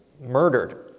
murdered